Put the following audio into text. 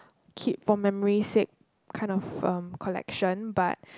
keep for memory sake kind of um collection but